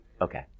Okay